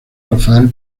rafael